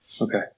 Okay